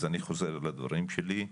אז אני חוזר לדברים שלי,